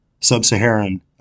sub-Saharan